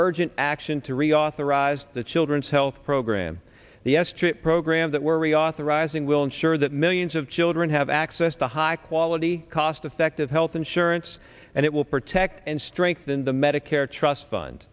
urgent action to reauthorize the children's health program the s chip program that we're reauthorizing will ensure that millions of children have access to high quality cost effective health insurance and it will protect and strengthen the medicare trust fund